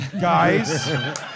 guys